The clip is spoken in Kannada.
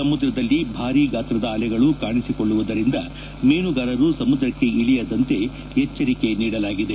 ಸಮುದ್ರದಲ್ಲಿ ಭಾರೀ ಗಾತ್ರದ ಅಲೆಗಳು ಕಾಣಿಸಿಕೊಳ್ಳುವುದರಿಂದ ಮೀನುಗಾರರು ಸಮುದ್ರಕ್ಕೆ ಇಳಿಯದಂತೆ ಎಚ್ಚರಿಕೆ ನೀಡಲಾಗಿದೆ